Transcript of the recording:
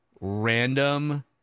random